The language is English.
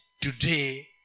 today